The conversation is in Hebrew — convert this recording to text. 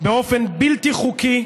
באופן בלתי חוקי,